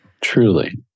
Truly